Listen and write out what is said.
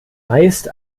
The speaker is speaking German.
meist